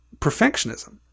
perfectionism